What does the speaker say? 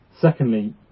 Secondly